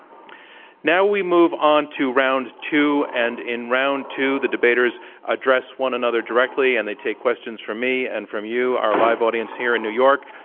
now we move on to round two and in round two the debaters address one another directly and they take questions from me and from you, our live audience here in new york.